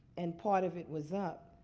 and part of it was up.